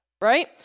right